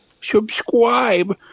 subscribe